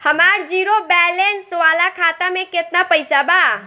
हमार zero balance वाला खाता में केतना पईसा बा?